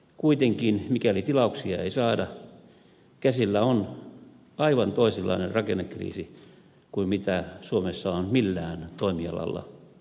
kuitenkin mikäli tilauksia ei saada käsillä on aivan toisenlainen rakennekriisi kuin mitä suomessa on millään toimialalla nähty